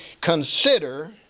consider